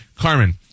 Carmen